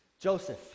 Joseph